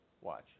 Watch